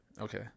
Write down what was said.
Okay